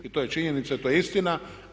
I to je činjenica i to je istina.